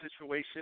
situation